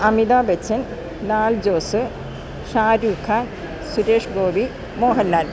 Amitabh Bachchan Lal Jose Shah Rukh Khan Suresh Gopi Mohanlal